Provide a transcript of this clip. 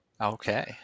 Okay